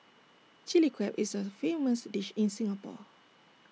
Chilli Crab is A famous dish in Singapore